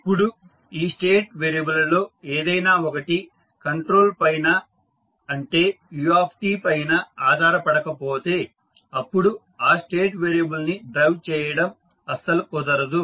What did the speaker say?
ఇప్పుడు ఈ state variable లలో ఏదైనా ఒకటి కంట్రోల్ పైన అంటే u పైన ఆధార పడక పోతే అప్పుడు ఆ స్టేట్ వేరియబుల్ ని డ్రైవ్ చేయడం అస్సలు కుదరదు